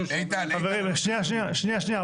חברים, שנייה, שנייה.